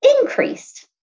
increased